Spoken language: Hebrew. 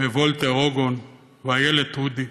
וולטר אוגן ואילת אודי,